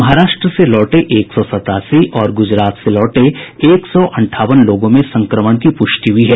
महाराष्ट्र से लौटे एक सौ सत्तासी और गुजरात से लौटे एक सौ अंठावन लोगों में संक्रमण की प्रष्टि हुई है